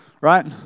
right